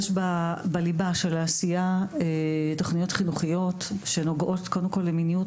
יש בליבה של העשייה תכניות חינוכיות שנוגעות למיניות,